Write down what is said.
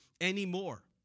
anymore